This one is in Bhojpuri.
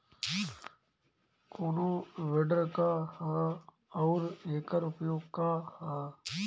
कोनो विडर का ह अउर एकर उपयोग का ह?